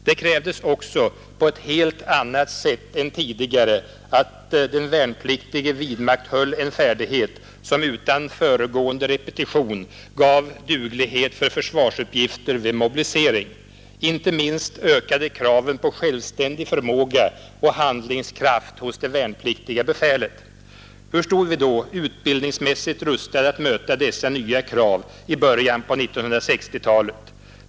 Det krävdes också på ett helt annat sätt än tidigare att den värnpliktige vidmakthöll en färdighet som utan föregående repetition gav duglighet för försvarsuppgifter vid mobilisering. Inte minst ökade kraven på självständig förmåga och på handlingskraft hos det värnpliktiga befälet. Hur stod vi då utbildningsmässigt rustade att möta dessa nya krav i början på 1960-talet?